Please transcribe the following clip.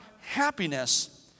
happiness